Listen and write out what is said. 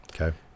Okay